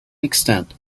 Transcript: extent